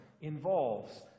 involves